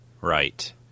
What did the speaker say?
right